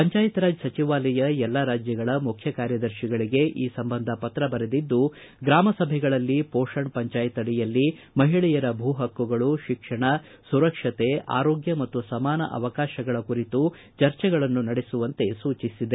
ಪಂಚಾಯತ್ ರಾಜ್ ಸಚಿವಾಲಯ ಎಲ್ಲಾ ರಾಜ್ಯಗಳ ಮುಖ್ಯ ಕಾರ್ಯದರ್ಶಿಗಳಿಗೆ ಈ ಸಂಬಂಧ ಪತ್ರ ಬರೆದಿದ್ದು ಗ್ರಾಮಸಭೆಗಳಲ್ಲಿ ಪೋಷಣ್ ಪಂಚಾಯತ್ ಅಡಿಯಲ್ಲಿ ಮಹಿಳೆಯರ ಭೂ ಪಕ್ಕುಗಳು ಶಿಕ್ಷಣ ಸುರಕ್ಷತೆ ಆರೋಗ್ಯ ಮತ್ತು ಸಮಾನ ಅವಕಾಶಗಳ ಕುರಿತು ಜರ್ಜೆಗಳನ್ನು ನಡೆಸುವಂತೆ ಸೂಚಿಸಿದೆ